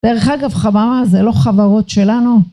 דרך אגב חווארה זה לא חברות שלנו